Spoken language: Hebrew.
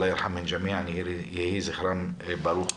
אללה ירחם אל ג'מיע, יהי זכרם ברוך.